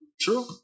True